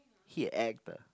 he a actor